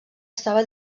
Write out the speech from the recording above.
estava